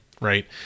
Right